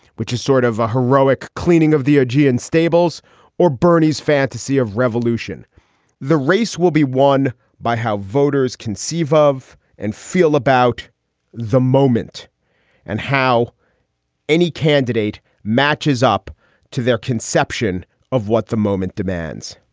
which is sort of a heroic cleaning of the augean stables or bernie's fantasy of revolution the race will be won by how voters conceive of and feel about the moment and how any candidate matches up to their conception of what the moment demands.